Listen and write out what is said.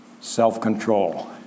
Self-control